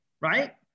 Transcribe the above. right